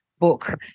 book